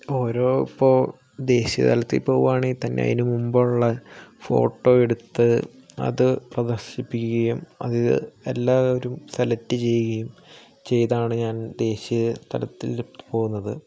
ഓരോ ഇപ്പൊൾ ദേശീയതലത്തിൽ പോകുവാണേൽ തന്നെ അയിന് മുൻപുള്ള ഫോട്ടോ എടുത്ത് അത് പ്രദർശിപ്പിക്കുകയും അതിതു എല്ലാവരും സെലക്ട് ചെയ്യുകയും ചെയ്താണ് ഞാൻ ദേശീയതലത്തിൽ പോന്നത്